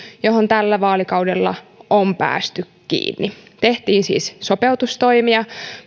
johon tällä vaalikaudella on päästy kiinni tehtiin siis sopeutustoimia